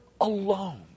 alone